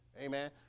Amen